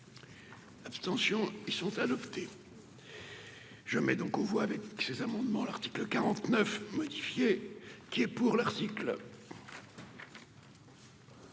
Abstention : ils sont adoptés. Je mets donc aux voix avec cet amendement à l'article 49 modifié qui est pour l'article.